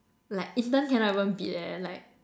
like intern cannot even beat leh like